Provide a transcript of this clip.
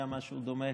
היה משהו דומה,